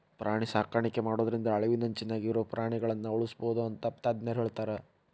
ಪ್ರಾಣಿ ಸಾಕಾಣಿಕೆ ಮಾಡೋದ್ರಿಂದ ಅಳಿವಿನಂಚಿನ್ಯಾಗ ಇರೋ ಪ್ರಾಣಿಗಳನ್ನ ಉಳ್ಸ್ಬೋದು ಅಂತ ತಜ್ಞರ ಹೇಳ್ತಾರ